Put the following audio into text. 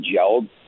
gelled